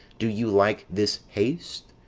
do you like this haste?